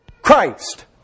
Christ